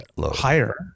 higher